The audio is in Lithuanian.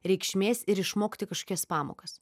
reikšmės ir išmokti kažkokias pamokas